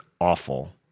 awful